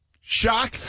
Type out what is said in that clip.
shock